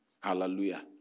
hallelujah